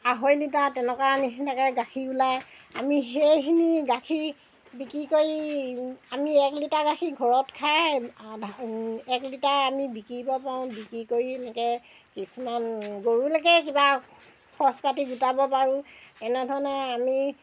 আঢ়ৈ লিটাৰ তেনেকুৱা নিচিনাকৈ গাখীৰ ওলায় আমি সেইখিনি গাখীৰ বিকি কৰি আমি এক লিটাৰ গাখীৰ ঘৰত খাই আধা এক লিটাৰ আমি বিকিব পাৰোঁ বিকি কৰি এনেকৈ কিছুমান গৰুলৈকে কিবা খৰচ পাতি গোটাব পাৰোঁ এনেধৰণে আমি